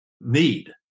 need